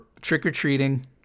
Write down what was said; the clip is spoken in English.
trick-or-treating